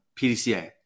PDCA